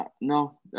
No